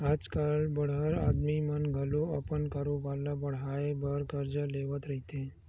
आज कल बड़हर आदमी मन घलो अपन कारोबार ल बड़हाय बर करजा लेवत रहिथे